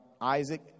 Isaac